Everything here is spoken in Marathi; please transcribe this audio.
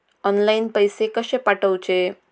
ऑनलाइन पैसे कशे पाठवचे?